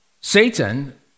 Satan